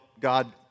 God